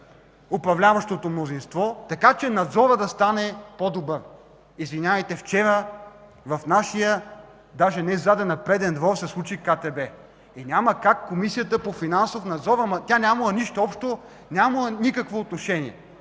управляващото мнозинство, така че надзорът да стане по-добър. Извинявайте, вчера в нашия дори не заден, а преден двор се случи КТБ. Няма как Комисията по финансов надзор – ама тя нямала нищо общо, нямала никакво отношение...